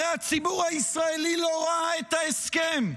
הרי הציבור הישראלי לא ראה את ההסכם.